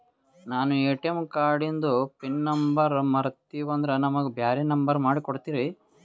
ನಾನು ಎ.ಟಿ.ಎಂ ಕಾರ್ಡಿಂದು pin number ಮರತೀವಂದ್ರ ನಮಗ ಬ್ಯಾರೆ ನಂಬರ್ ಮಾಡಿ ಕೊಡ್ತೀರಿ?